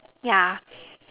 yeah